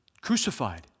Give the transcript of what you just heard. crucified